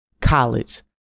college